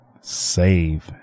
save